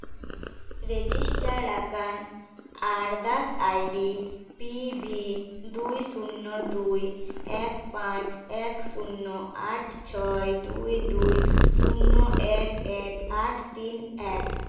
register ᱟᱠᱟᱱ ᱟᱨᱫᱟᱥ ID P B ᱫᱩᱭ ᱥᱩᱱᱱᱚ ᱫᱩᱭ ᱮᱠ ᱯᱟᱸᱪ ᱮᱠ ᱥᱩᱱᱱᱚ ᱟᱴ ᱪᱷᱚᱭ ᱫᱩᱭ ᱫᱩᱭ ᱥᱩᱱᱱᱚ ᱮᱠ ᱮᱠ ᱟᱴ ᱛᱤᱱ ᱮᱠ